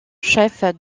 chef